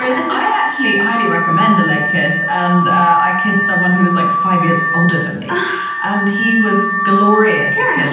i actually highly recommend the late kiss and i kiss someone who was like five years older than me and he was glorious yeah at